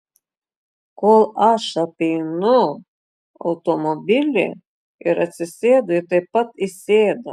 kol aš apeinu automobilį ir atsisėdu ji taip pat įsėda